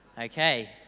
Okay